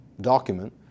document